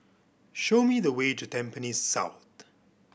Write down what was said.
show me the way to Tampines South